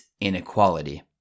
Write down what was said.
inequality